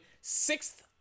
sixth